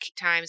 times